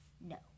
No